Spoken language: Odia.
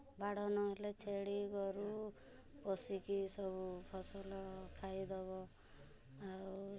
ବାଡ଼ ନ ହେଲେ ଛେଳି ଗୋରୁ ପଶିକି ସବୁ ଫସଲ ଖାଇ ଦବ ଆଉ